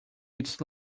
its